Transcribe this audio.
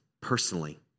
personally